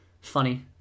funny